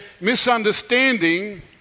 misunderstanding